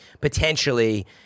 Potentially